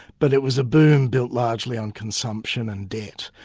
but it was a boom built largely on consumption and debt,